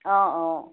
অঁ অঁ